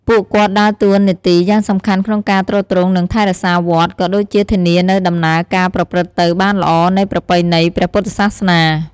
ពួកគាត់ដើរតួនាទីយ៉ាងសំខាន់ក្នុងការទ្រទ្រង់ និងថែរក្សាវត្ត ក៏ដូចជាធានានូវដំណើរការប្រព្រឹត្តទៅបានល្អនៃប្រពៃណីព្រះពុទ្ធសាសនា។